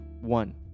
One